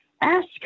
Ask